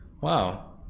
wow